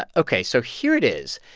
ah ok, so here it is.